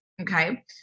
Okay